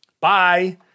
Bye